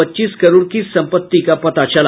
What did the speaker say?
पच्चीस करोड़ की संपति का पता चला